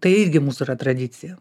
tai irgi mūsų yra tradicija